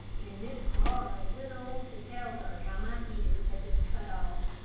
and miss laura went on to tell her how my ears had been cut off.